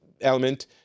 element